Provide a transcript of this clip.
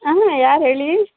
ಹಾಂ ಯಾರು ಹೇಳಿ